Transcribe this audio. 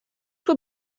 will